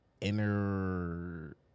inner